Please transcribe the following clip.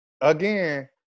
again